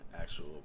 actual